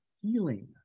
healing